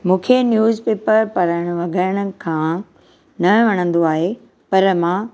मूंखे news paper पढ़णु घणनि खां न वणंदो आहे पर मां